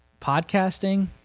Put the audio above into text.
podcasting